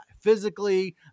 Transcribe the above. physically